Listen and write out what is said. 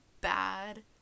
bad